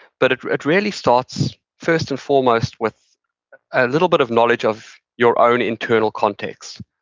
but it really starts first and foremost with a little bit of knowledge of your own internal context.